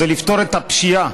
לפתור את הפשיעה